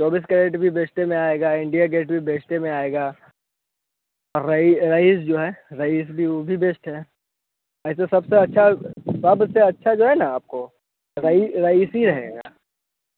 चौबीस कैरेट भी बेस्टे में आएगा इंडिया गेट भी बेस्टे में ही आएगा रईस रईस जो है रईस भी वह भी बेस्ट है ऐसे सबसे अच्छा सबसे अच्छा जो है ना आपको रईस रईस ही रहेगा